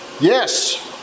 Yes